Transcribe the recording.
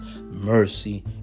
mercy